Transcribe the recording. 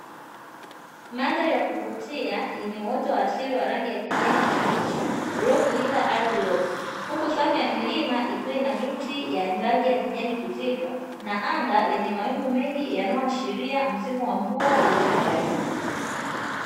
Mandhari ya kuvuti yenye uwoto wa asili wenye rangi ya kijani kibichi, uliofunika ardhi yote. Huku safu ya milima ikiwa na miti ya rangi ya kijani kizito, na anga lenye mawingu mengi na kuashiria msimu wa mvua uliokaribu.